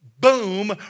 boom